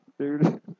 dude